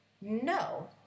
no